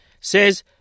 says